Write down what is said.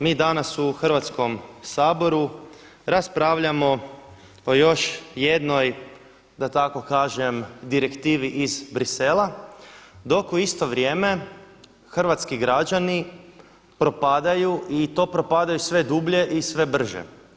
Mi danas u Hrvatskom saboru raspravljamo o još jednoj da tako kažem direktivi iz Bruxellesa, dok u isto vrijeme hrvatski građani propadaju i to propadaju sve dublje i sve brže.